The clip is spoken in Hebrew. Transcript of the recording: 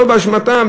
שלא באשמתם,